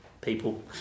people